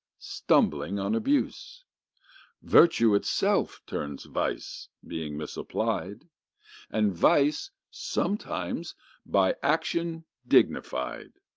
stumbling on abuse virtue itself turns vice, being misapplied and vice sometimes by action dignified.